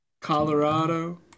Colorado